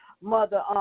Mother